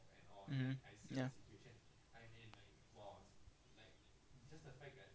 mmhmm ya